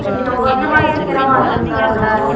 நீங்கள் கொஞ்சமாவது சீக்கிரமாக வந்திருக்கலாம்ல